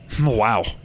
Wow